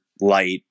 light